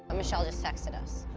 michelle just texted us.